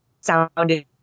sounded